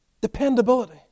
dependability